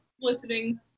listening